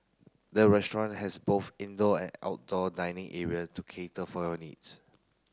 the restaurant has both indoor and outdoor dining area to cater for your needs